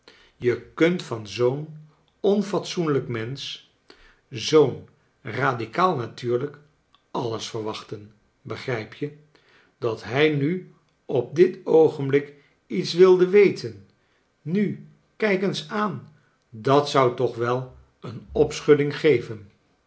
je kiint van zoo'n onfatsoenlijk mensch zoo'n radicaal natuurlijk alles verwachten begrijp je dat hij nu op dit oogenblik lets wilde weten nu kijk eens aan dat zou toch wel een opschudding geven